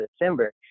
December